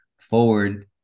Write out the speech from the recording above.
forward